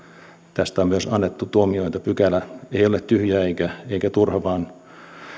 tästä on myös annettu tuomioita pykälä ei ole tyhjä eikä eikä turha vaan